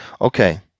Okay